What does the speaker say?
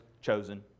chosen